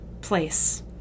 place